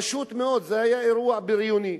פשוט מאוד זה היה אירוע בריוני.